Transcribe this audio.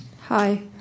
Hi